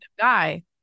guy